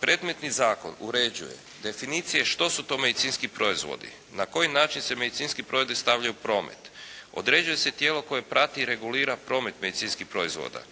Predmetni zakon uređuje definicije što su to medicinski proizvodi, na koji način se medicinski proizvodi stavljaju u promet, određuje se tijelo koje prati i regulira promet medicinskih proizvoda,